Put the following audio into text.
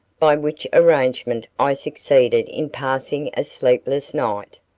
by which arrangement i succeeded in passing a sleepless night,